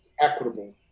equitable